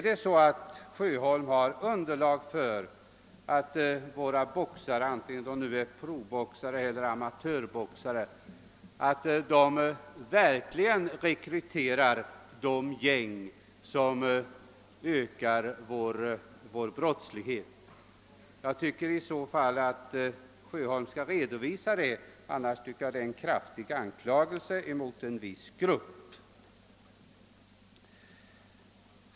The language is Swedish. Har herr Sjöholm underlag för påståendet att våra boxare, professionella och amatörer, verkligen rekryterar de gäng som ökar brottsligheten här i landet? I så fall tycker jag att herr Sjöholm skall redovisa det, annars är påståendet en kraftig anklagelse mot en viss grupp människor.